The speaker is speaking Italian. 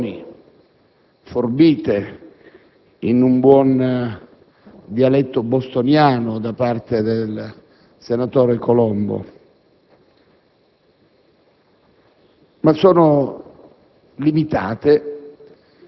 Poc'anzi abbiamo sentito alcune citazioni forbite in un buon dialetto bostoniano dal senatore Colombo,